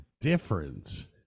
difference